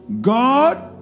God